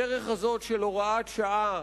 הדרך הזאת של הוראת שעה,